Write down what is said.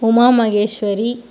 Umamaheswari